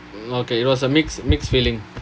okay it was a mixed mixed feeling